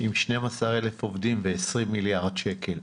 עם 12,000 עובדים ו-20 מיליארד שקל.